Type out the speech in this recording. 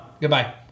goodbye